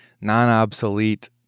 non-obsolete